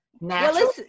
natural